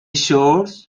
showed